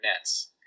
nets